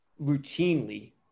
routinely